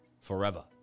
forever